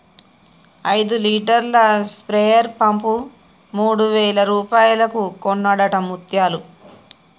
ఐదు లీటర్ల sprayer pump మూడు వేల రూపాయలకు కొన్నడట ముత్యాలు